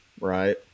right